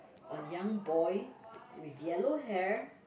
a young boy with yellow hair